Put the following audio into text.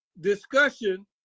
discussion